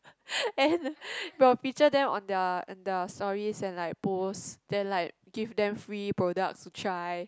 and will feature them on their on their stories and like post then like give them free products to try